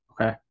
Okay